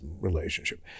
relationship